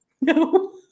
No